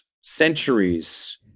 centuries